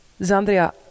Zandria